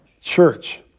Church